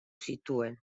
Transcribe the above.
zituen